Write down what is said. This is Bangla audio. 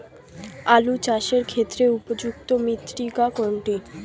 আলু চাষের ক্ষেত্রে উপযুক্ত মৃত্তিকা কোনটি?